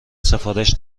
سفارش